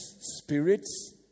spirits